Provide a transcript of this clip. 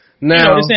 Now